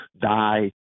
die